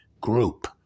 group